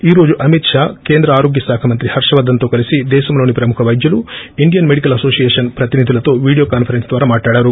ఈ రోజు అమిత్ షా కేంద్ర ఆరోగ్య శాఖ మంత్రి హర్షవర్దస్తో కలిసి దేశంలోని ప్రముఖ వైద్యులు ఇండియన్ మెడికల్ అసోషియేషన్ ఐఎంఏ ప్రతినిధులతో వీడియో కాన్సరెన్స్ ద్వారా మాట్లాడారు